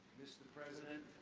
mr. president,